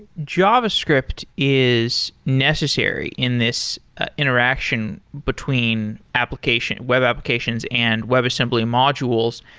javascript is necessary in this interaction between application, web applications and webassembly modules.